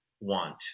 want